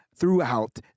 Throughout